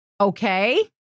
Okay